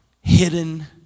hidden